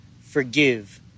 forgive